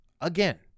again